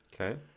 Okay